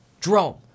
Drone